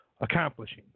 accomplishing